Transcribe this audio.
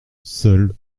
seule